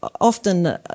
often